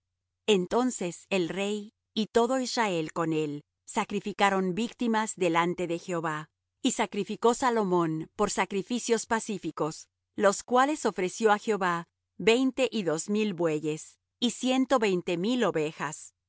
entonces el rey y todo israel con él sacrificaron víctimas delante de jehová y sacrificó salomón por sacrificios pacíficos los cuales ofreció á jehová veinte y dos mil bueyes y ciento veinte mil ovejas